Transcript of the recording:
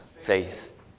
faith